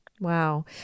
Wow